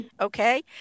okay